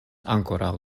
ankoraŭ